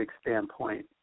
standpoint